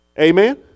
Amen